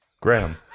Graham